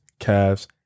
Cavs